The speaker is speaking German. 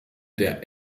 der